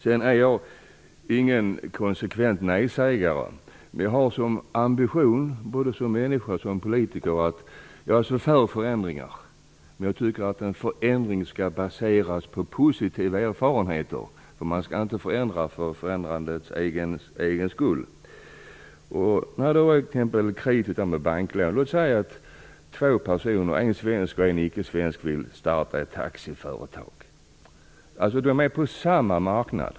Jag är ingen konsekvent nej-sägare. Jag är, både som människa och som politiker, för förändringar. Men jag tycker att en förändring skall baseras på positiva erfarenheter. Man skall inte förändra för förändrandets egen skull. Låt oss som exempel när det gäller att få kredit eller banklån ta två personer, en svensk och en icke svensk, som vill starta taxiföretag. De är alltså på samma marknad.